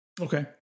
Okay